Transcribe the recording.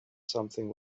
something